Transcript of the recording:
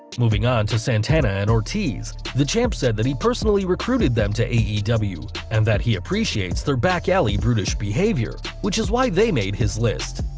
moving on to santana and ortiz, the champ said that he personally recruited them to aew and that he appreciates they're back-alley brutish behavior, which is why they made his list.